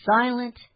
silent